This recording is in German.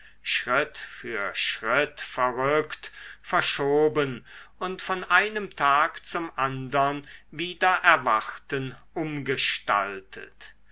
schritt für schritt verrückt verschoben und von einem tag zum andern wider erwarten umgestaltet